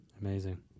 amazing